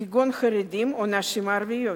כגון חרדים או נשים ערביות.